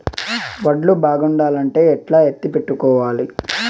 వడ్లు బాగుండాలంటే ఎట్లా ఎత్తిపెట్టుకోవాలి?